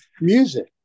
music